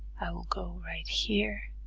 i will go right here